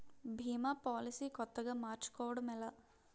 భీమా policy కొత్తగా మార్చుకోవడం ఎలా?